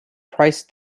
price